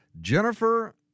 Jennifer